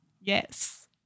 Yes